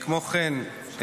כמו כן,